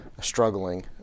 struggling